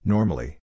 Normally